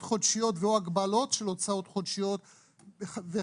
חודשיות או הגבלות של הוצאות חודשיות וכדומה,